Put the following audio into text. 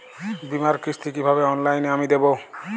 বীমার কিস্তি কিভাবে অনলাইনে আমি দেবো?